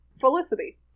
felicity